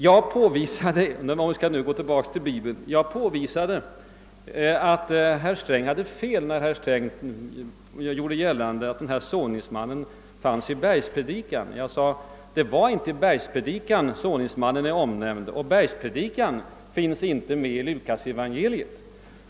Jag påvisade, om vi nu skall återgå till Bibeln, att herr Sträng hade fel när han gjorde gällande att den såningsmannen återfinns i Bergspredikan. Jag upplyste också om att Bergspredikan inte finns i Lukas-evangeliet.